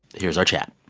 here's our chat